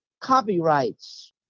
copyrights